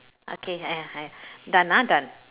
okay ya ya done ah done